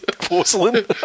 porcelain